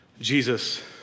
Jesus